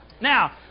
now